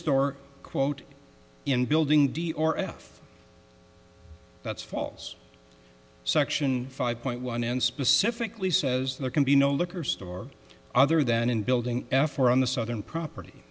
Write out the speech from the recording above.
store quote in building d or f that's falls section five point one and specifically says there can be no liquor store other than in building f or on the southern property